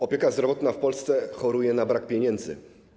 Opieka zdrowotna w Polsce choruje na brak pieniędzy.